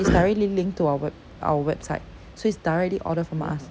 it's directly linked to our web~ our website so it's directly order from us